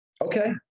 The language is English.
Okay